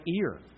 ear